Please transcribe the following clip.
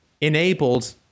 enabled